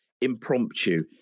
impromptu